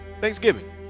Thanksgiving